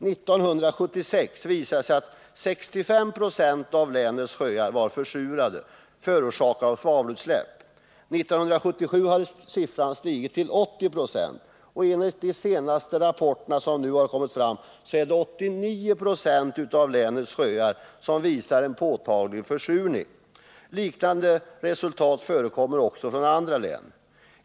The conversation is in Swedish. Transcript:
1976 var 65 96 av länets sjöar försurade på grund av svavelutsläpp. 1977 hade siffran stigit till 80 96, och enligt de senaste rapporter som nu kommit fram visar 89 96 av länets sjöar påtaglig försurning. Liknande resultat redovisas också från andra län.